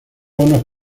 unos